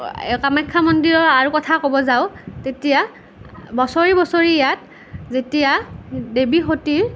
কামাখ্যা মন্দিৰৰ আৰু কথা ক'ব যাওঁ তেতিয়া বছৰি বছৰি ইয়াত যেতিয়া দেৱী সতিৰ